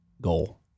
goal